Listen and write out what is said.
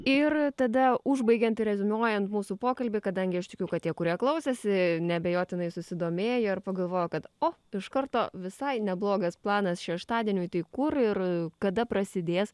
ir tada užbaigiant ir reziumuojant mūsų pokalbį kadangi aš tikiu kad tie kurie klausėsi neabejotinai susidomėjo ar pagalvojo kad o iš karto visai neblogas planas šeštadieniui tai kur ir kada prasidės